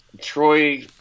Troy